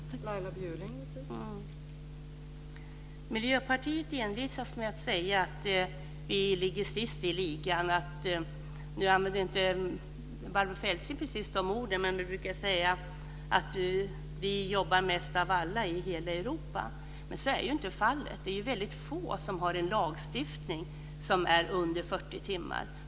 Fru talman! Miljöpartiet envisas med att säga att vi ligger sist i ligan. Barbro Feltzing använde inte precis de orden, men de brukar säga att vi jobbar mest av alla i hela Europa. Så är ju inte fallet. Det är väldigt få som har en lagstiftning om mindre än 40 timmar.